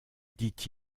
dit